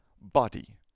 body